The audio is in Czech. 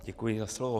Děkuji za slovo.